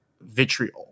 vitriol